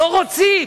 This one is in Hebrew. לא רוצים.